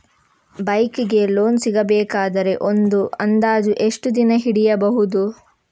Bike ಗೆ loan ಸಿಗಬೇಕಾದರೆ ಒಂದು ಅಂದಾಜು ಎಷ್ಟು ದಿನ ಹಿಡಿಯಬಹುದು?